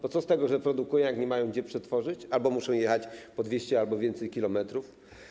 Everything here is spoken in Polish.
Bo co z tego, że produkują, jak nie mają gdzie tego przetworzyć albo muszą jechać 200 albo więcej kilometrów?